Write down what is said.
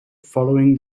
following